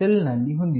cell ನಲ್ಲಿ ಹೊಂದಿದೆ